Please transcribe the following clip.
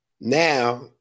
Now